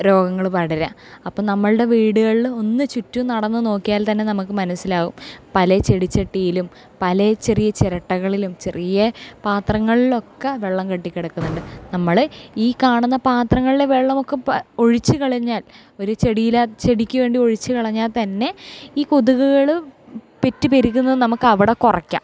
രോഗങ്ങൾ പടരാം അപ്പം നമ്മളുടെ വീടുകളിൽ ഒന്ന് ചുറ്റും നടന്നു നോക്കിയാൽ തന്നെ നമുക്ക് മനസ്സിലാവും പല ചെടിച്ചട്ടിയിലും പല ചെറിയ ചിരട്ടകളിലും ചെറിയ പാത്രങ്ങളൊക്കെ വെള്ളം കെട്ടി കിടക്കുന്നുണ്ട് നമ്മൾ ഈ കാണുന്ന പാത്രങ്ങളിലെ വെള്ളമൊക്കെ ഒഴിച്ച് കളഞ്ഞാൽ ഒരു ചെടിയിലാണ് ചെടിക്ക് വേണ്ടി ഒഴിച്ച് കളഞ്ഞാൽ തന്നെ ഈ കൊതുകുകൾ പെറ്റ് പെരുകുന്ന നമുക്ക് അവിടെ കുറയ്ക്കാം